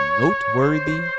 noteworthy